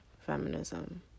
feminism